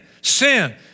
Sin